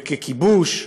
וככיבוש,